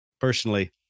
personally